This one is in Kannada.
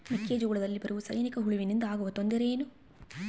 ಮೆಕ್ಕೆಜೋಳದಲ್ಲಿ ಬರುವ ಸೈನಿಕಹುಳುವಿನಿಂದ ಆಗುವ ತೊಂದರೆ ಏನು?